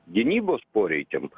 gynybos poreikiam